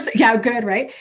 yeah good. right,